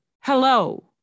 Hello